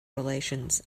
relations